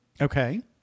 Okay